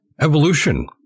evolution